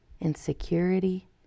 insecurity